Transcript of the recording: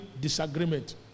disagreement